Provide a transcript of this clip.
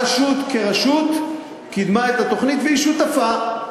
הרשות כרשות קידמה את התוכנית והיא שותפה.